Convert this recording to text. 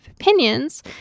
opinions